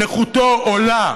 נכותו עולה,